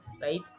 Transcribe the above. right